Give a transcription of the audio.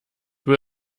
wohl